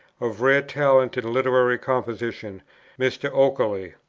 of rare talent in literary composition mr. oakeley.